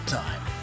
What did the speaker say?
time